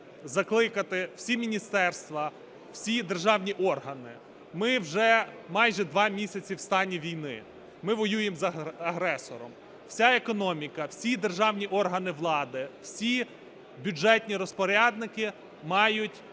закликати всі міністерства, всі державні органи. Ми вже майже два місяці в стані війни, ми воюємо з агресором, вся економіка, всі державні органи влади, всі бюджетні розпорядники мають